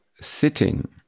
sitting